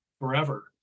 forever